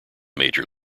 major